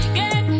get